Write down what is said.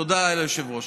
תודה, היושב-ראש.